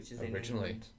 originally